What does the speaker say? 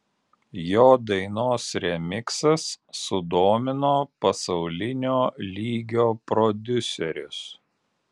jo dainos remiksas sudomino pasaulinio lygio prodiuserius